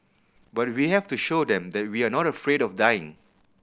but we have to show them that we are not afraid of dying